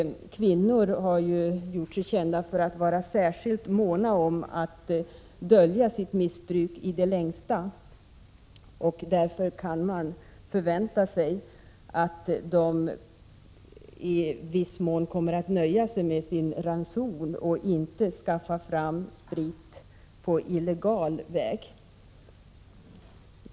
Kvinnor har gjort sig kända för att vara särskilt måna om att dölja sitt missbruk i det längsta, och därför kan man förvänta sig att de i viss mån kommer att nöja sig med sin ranson och inte skaffa fram sprit på illegal väg.